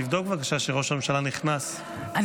תבדוק שראש הממשלה נכנס, בבקשה.